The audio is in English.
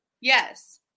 Yes